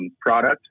product